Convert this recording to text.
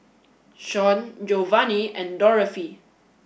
Sean Geovanni and Dorothy